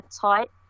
tight